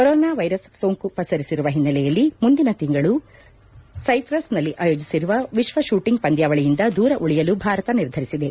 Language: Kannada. ಕೊರೊನಾ ವ್ಲೆರಸ್ ಸೋಂಕು ಪಸರಿಸಿರುವ ಹಿನ್ನೆಲೆಯಲ್ಲಿ ಮುಂದಿನ ತಿಂಗಳು ಸ್ಟೆಫ್ರೆಸ್ನಲ್ಲಿ ಆಯೋಜಿಸಿರುವ ವಿಶ್ವ ಶೂಟಿಂಗ್ ಪಂದ್ಲಾವಳಿಯಿಂದ ದೂರ ಉಳಿಯಲು ಭಾರತ ನಿರ್ಧರಿಸಿದೆ